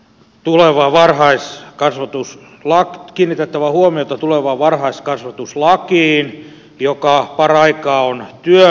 tuleva varhais karlu tus lak kiinnitettävä huomiota tulevaan varhaiskasvatuslakiin joka paraikaa on työn alla